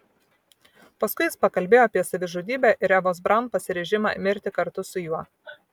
paskui jis pakalbėjo apie savižudybę ir evos braun pasiryžimą mirti kartu su juo